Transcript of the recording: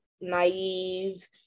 naive